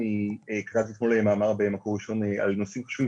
אני כתבתי אתמול מאמר במקור ראשון על נושאים חשובים,